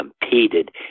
competed